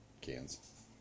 cans